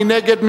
מי נגד?